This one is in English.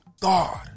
God